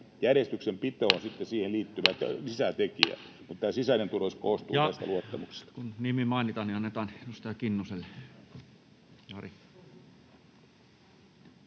koputtaa] on sitten siihen liittyvä lisätekijä, mutta tämä sisäinen turvallisuus koostuu tästä luottamuksesta. Kun nimi mainitaan, niin annetaan edustaja Kinnuselle.